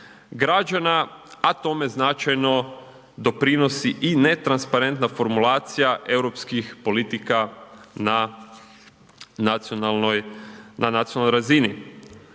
građana, a tome značajno doprinosi i netransparentna formulacija europskih politika na nacionalnoj razini.